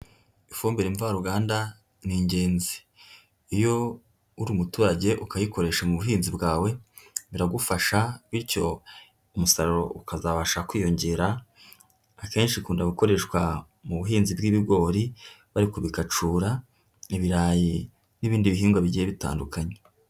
Ifumbire mvaruganda ni ingenzi. Iyo uri umuturage ukayikoresha mu buhinzi bwawe, biragufasha bityo umusaruro ukazabasha kwiyongera, akenshi ikunda gukoreshwa mu buhinzi bw'ibigori bari kubikacura, ibirayi n'ibindi bihingwa bigiye bitandukanye.